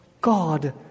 God